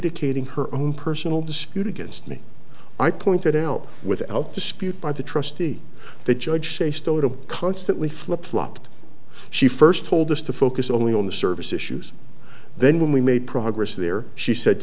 adjudicating her own personal dispute against me i pointed out without dispute by the trustee the judge say still it constantly flip flopped she first told us to focus only on the service issues then when we made progress there she said